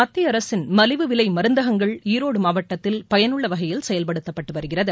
மத்திய அரசின் மலிவுவிலை மருந்தகங்கள் ஈரோடு மாவட்டத்தில் பயனுள்ள வகையில் செயல்படுத்தப்பட்டு வருகிறது